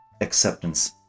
acceptance